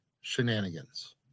shenanigans